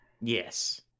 Yes